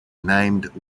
named